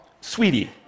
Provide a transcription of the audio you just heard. sweetie